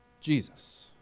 Jesus